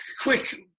quick